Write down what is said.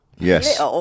Yes